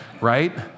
right